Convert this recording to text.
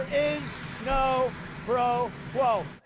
no pro quo.